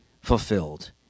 fulfilled